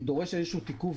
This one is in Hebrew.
דורש איזשהו תיקוף,